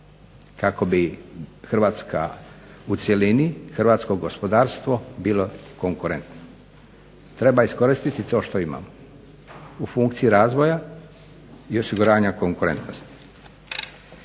Kako bi Hrvatska u cjelini, hrvatsko gospodarstvo bilo konkurentno. Treba iskoristiti to što imamo u funkciji razvoja i osiguranja konkurentnosti.